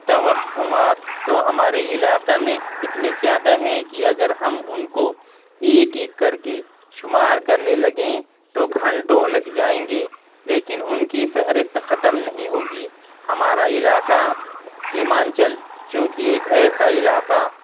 توہمات تو ہمارے علاقے میں اتنی زیادہ ہیں کہ اگر ہم ان کو ایک ایک کر کے شمار کرنے لگیں تو گھنٹوں لگ جائیں گے لیکن ان کی فہرست ختم نہیں ہوگی ہمارا علاقہ سیمانچل چونکہ ایک ایسا علاقہ